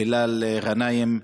הילאל גנאים,